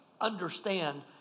understand